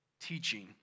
teaching